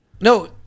No